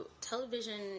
television